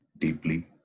deeply